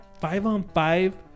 five-on-five